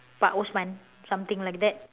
pak Osman something like that